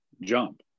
jump